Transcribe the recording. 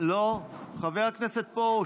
חבר הכנסת פרוש,